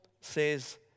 says